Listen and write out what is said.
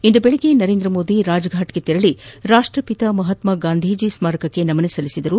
ಇಂದು ಬೆಳಗ್ಗೆ ನರೇಂದ್ರ ಮೋದಿ ರಾಜ್ಫಾಟ್ಗೆ ತೆರಳಿ ರಾಷ್ಟ್ರಪಿತ ಮಹಾತ್ಮಗಾಂಧಿ ಸ್ಮಾರಕಕ್ಕೆ ನಮನ ಸಲ್ಲಿಸಿದರು